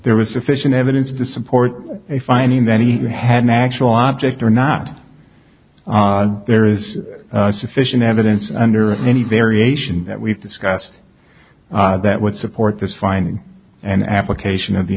there was sufficient evidence to support a finding that he had an actual object or not there is sufficient evidence under any variation that we've discussed that would support this finding an application of the